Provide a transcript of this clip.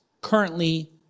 currently